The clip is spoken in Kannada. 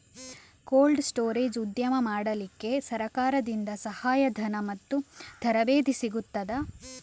ಕೋಲ್ಡ್ ಸ್ಟೋರೇಜ್ ಉದ್ಯಮ ಮಾಡಲಿಕ್ಕೆ ಸರಕಾರದಿಂದ ಸಹಾಯ ಧನ ಮತ್ತು ತರಬೇತಿ ಸಿಗುತ್ತದಾ?